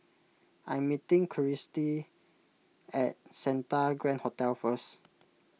I am meeting Kirstie at Santa Grand Hotel first